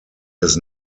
his